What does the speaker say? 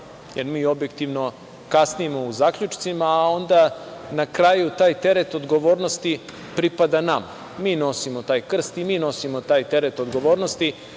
jer mi objektivno kasnimo u zaključcima, a onda na kraju taj teret odgovornosti pripada nama. Mi nosimo taj krst i mi nosimo taj teret odgovornosti